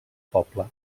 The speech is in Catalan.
poble